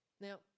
Now